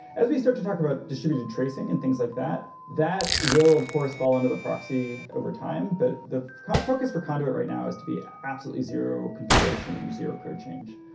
as we start to talk about distributed tracing and things like that, that will of course fall under the proxy over time, but the focus for conduit right now is to be absolutely zero configuration, zero code change.